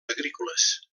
agrícoles